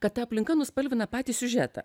kad ta aplinka nuspalvina patį siužetą